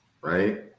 Right